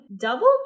double